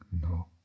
No